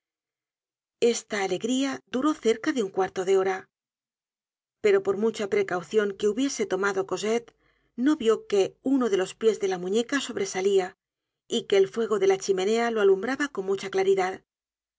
esta alegría duró cerca de un cuarto de hora pero por mucha precaucion que hubiese tomado cosette no vió que uno de los pies de la muñeca sobresalía y que el fuego de la chimenea lo alumbraba con mucha claridad